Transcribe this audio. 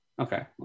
Okay